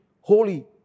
holy